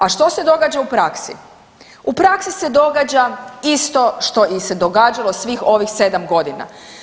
A što se događa u praksi, u praksi se događa isto što i se događalo svih ovih 7 godina.